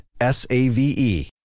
S-A-V-E